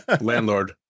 landlord